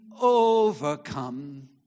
overcome